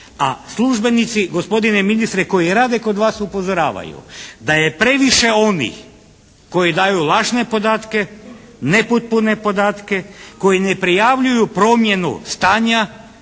a službenici gospodine ministre koji rade kod vas upozoravaju da je previše onih koji daju lažne podatke, nepotpune podatke, koji ne prijavljuju promjenu stanja